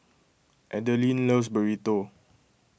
Adilene loves Burrito